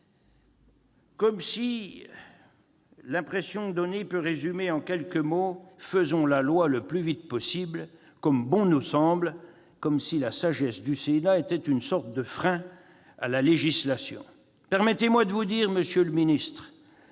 instant. L'impression donnée peut se résumer en quelques mots : faisons la loi le plus vite possible, comme bon nous semble, comme si la sagesse du Sénat était une sorte de frein à la législation ... Permettez-moi de vous dire, monsieur le ministre,